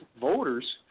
voters